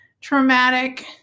traumatic